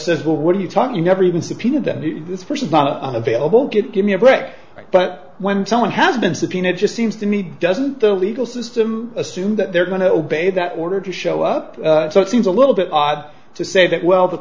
says well what are you talking you never even subpoenaed and if this person is not available get give me a break but when someone has been subpoenaed just seems to me doesn't the legal system assume that they're going to obey that order to show up so it seems a little bit odd to say that well the